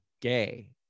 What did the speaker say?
gay